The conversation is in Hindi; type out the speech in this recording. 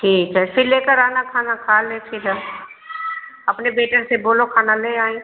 ठीक है फिर लेकर आना खाना खा लें फिर अपने बेटे से बोलो खाना ले आए